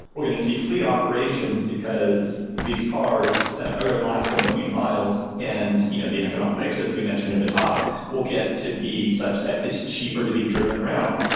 we're going to see fleet operations, because these cars are going to last a million miles, and you know the economics as we mentioned at the top will get to be such that it's cheaper to be driven around.